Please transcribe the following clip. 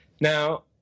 Now